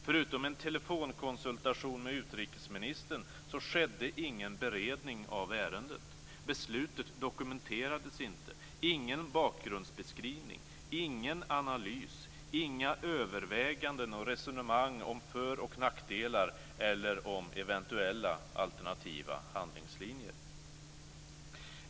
Förutom en telefonkonsultation med utrikesministern skedde ingen beredning av ärendet. Beslutet dokumenterades inte. Det finns ingen bakgrundsbeskrivning, ingen analys, inga överväganden och inga resonemang om för och nackdelar eller om eventuella alternativa handlingslinjer.